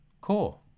Cool